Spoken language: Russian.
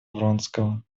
вронского